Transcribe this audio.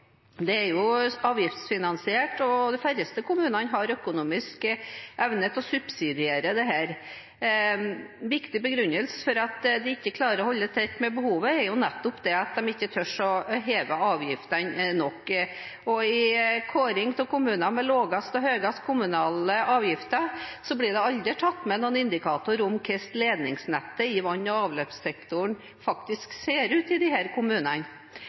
Det er jo avgiftsfinansiert, og de færreste kommunene har økonomisk evne til å subsidiere dette. En viktig begrunnelse for at de ikke klarer å holde tritt med behovet, er jo nettopp at de ikke tør å heve avgiftene nok, og i kåring av kommuner med laveste og høyeste kommunale avgifter blir det aldri tatt med noen indikatorer om hvordan ledningsnettet i vann- og avløpssektoren faktisk ser ut i disse kommunene.